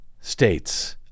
states